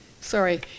sorry